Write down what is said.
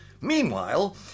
Meanwhile